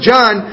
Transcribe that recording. John